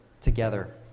together